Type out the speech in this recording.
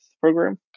program